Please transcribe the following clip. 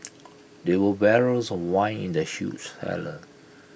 there were barrels of wine in the huge cellar